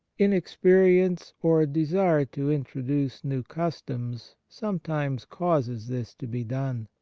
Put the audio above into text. inexperience, or a desire to introduce new customs, sometimes causes this to be done.